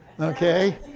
okay